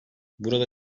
burada